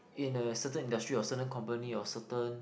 in a certain industry or certain company or a certain